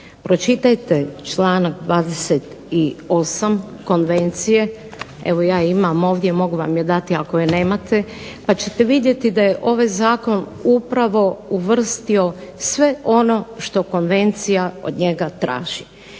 Pročitajte članak 28. konvencije evo ja je imam ovdje, mogu vam je dati ako je nemate, pa ćete vidjeti da je ovaj zakon upravo uvrstio sve ono što konvencija od njega traži.